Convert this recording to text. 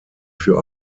für